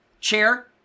Chair